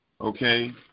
okay